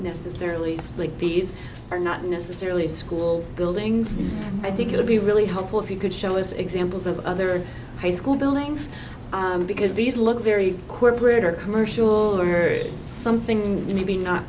necessarily sleep these are not necessarily school buildings i think it would be really helpful if you could show as examples of other high school buildings because these look very corporate or commercial or it something maybe not